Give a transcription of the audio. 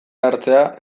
hartzea